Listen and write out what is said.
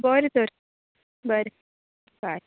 बरें तर बरें बाय